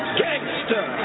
gangster